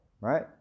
right